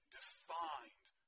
defined